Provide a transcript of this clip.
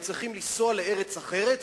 והם צריכים לנסוע לארץ אחרת.